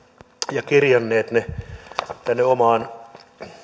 ja kirjannut ne tänne oman